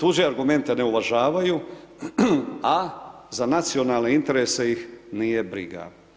Tuđe argumente ne uvažavaju, a za nacionalne interese ih nije briga.